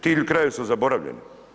Ti krajevi su zaboravljeni.